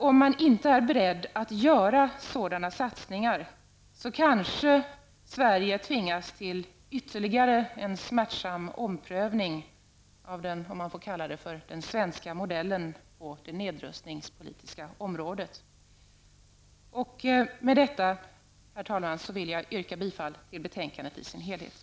Om man inte är beredd att göra sådana satsningar kanske Sverige tvingas till ytterligare en smärtsam omprövning av den svenska modellen, om jag får kalla den så, på det nedrustningspolitiska området. Med detta, herr talman, yrkar jag bifall till utskottets hemställan i dess helhet.